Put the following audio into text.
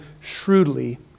shrewdly